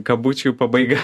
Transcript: kabučių pabaiga